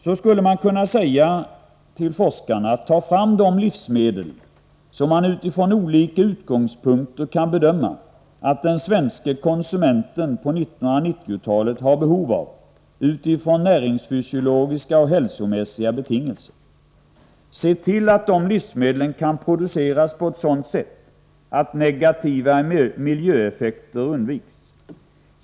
Man skulle kunna säga till forskarna: Ta fram de livsmedel som man utifrån olika utgångspunkter kan bedöma att den svenske konsumenten på 1990-talet har behov av i fråga om näringsfysiologiska och hälsomässiga betingelser! Se till att dessa livsmedel kan produceras på ett sådant sätt att negativa miljöeffekter undviks!